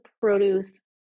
produce